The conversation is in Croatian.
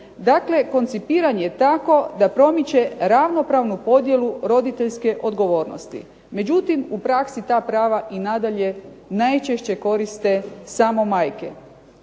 dakle koncipiranje tako da promiče ravnopravnu podjelu roditeljske odgovornosti. Međutim u praksi ta prava i nadalje najčešće koriste samo majke.